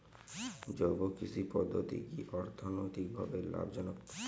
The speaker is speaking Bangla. জৈব কৃষি পদ্ধতি কি অর্থনৈতিকভাবে লাভজনক?